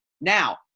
Now